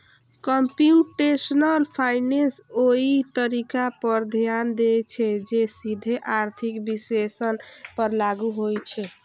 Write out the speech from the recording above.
computational finance ओइ तरीका पर ध्यान दै छै, जे सीधे आर्थिक विश्लेषण पर लागू होइ छै